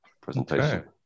presentation